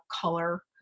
color